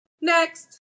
Next